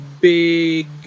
big